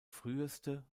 früheste